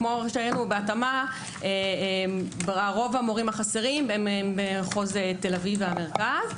ובהתאמה רוב המורים החסרים הם ממחוז תל אביב והמרכז.